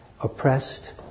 Oppressed